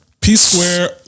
P-Square